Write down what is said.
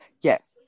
Yes